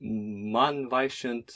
man vaikščiojant